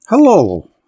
Hello